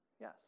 Yes